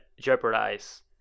jeopardize